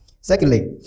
Secondly